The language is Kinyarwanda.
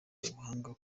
ubuhanga